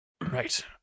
Right